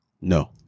No